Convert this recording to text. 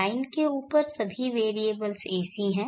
line के ऊपर सभी वेरिएबल्स AC हैं